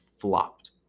flopped